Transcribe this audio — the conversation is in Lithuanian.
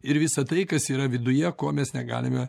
ir visa tai kas yra viduje ko mes negalime